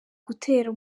gutera